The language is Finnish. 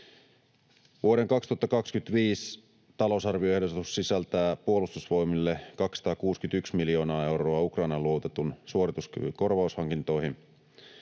Vuoden 2025 talousarvioehdotus sisältää Puolustusvoimille 261 miljoonaa euroa Ukrainalle luovutetun suorituskyvyn korvaushankintoihin.